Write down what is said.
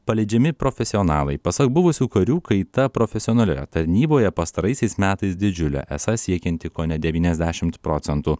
paleidžiami profesionalai pasak buvusių karių kaita profesionalioje tarnyboje pastaraisiais metais didžiulė esą siekianti kone devyniasdešimt procentų